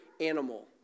animal